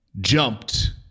jumped